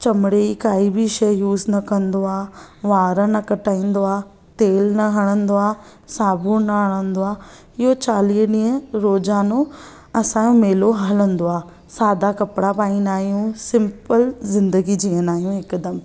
चमड़े जी काई बि शय यूज़ न कंदो आहे वार न कटाईंदो आहे तेल न हणंदो आहे साबुन न हणंदो आहे इहो चालीह ॾींहं रोज़ानो असांजो मेलो हलंदो आहे सादा कपिड़ा पाईंदा आहियूं सिम्पल जिंदगी जीअंदा आहियूं हिकदमि